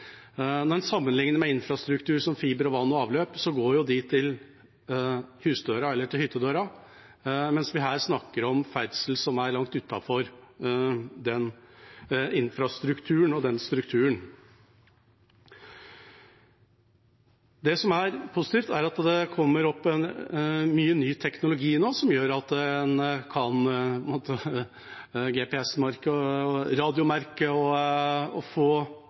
Når en sammenligner med infrastruktur som fiber og vann og avløp, går jo til husdøra, eller til hyttedøra, mens vi her snakker om ferdsel som er langt utenfor den infrastrukturen og den strukturen. Det som er positivt, er at det kommer opp mye ny teknologi nå. GPS og radiomerking gjør at en kan få bedre oversikt, og